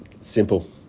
Simple